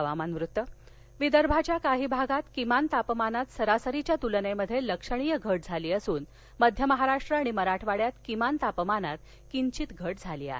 हवामान् विदर्भाच्या काही भागात किमान तापमानात सरासरीच्या तुलनेत लक्षणीय घट झाली असून मध्य महाराष्ट्र आणि मराठवाङ्यात किमान तापमानात किंचित घट झाली आहे